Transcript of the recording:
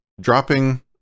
dropping